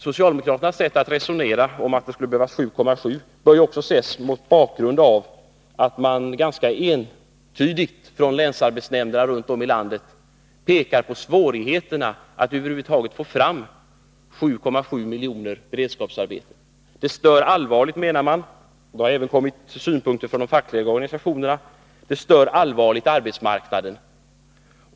Socialdemokraternas sätt att resonera, som leder fram till att det skulle behövas 7,7 miljoner dagsverken, bör ses mot bakgrund av att länsarbetsnämnderna runt om i landet ganska entydigt pekat på svårigheterna att över huvud taget få fram 7,7 miljoner beredskapsarbeten. Länsarbetsnämnderna menar — och det har även kommit sådana synpunkter från de fackliga organisationerna — att det allvarligt stör arbetsmarknaden.